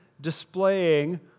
displaying